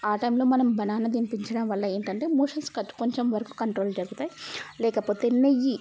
ఆ టైంలో మనం బనాన తినిపించడం వల్ల ఏంటంటే మోషన్స్ కొంచెం వరకు కంట్రోల్ జరుగుతాయి లేకపోతే నెయ్యి